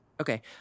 okay